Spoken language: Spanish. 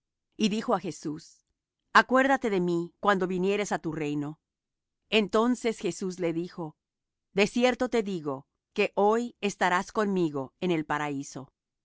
y dijo á jesús acuérdate de mí cuando vinieres á tu reino entonces jesús le dijo de cierto te digo que hoy estarás conmigo en el paraíso